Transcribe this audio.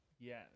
Yes